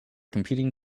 competing